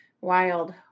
Wild